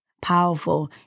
powerful